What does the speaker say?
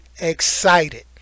excited